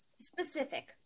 Specific